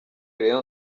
rayon